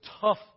tough